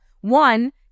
one